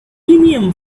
vimium